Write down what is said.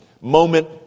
moment